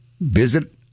visit